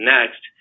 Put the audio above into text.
Next